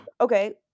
okay